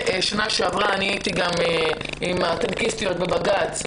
בשנה שעברה הייתי גם עם הטנקיסטיות בבג"ץ.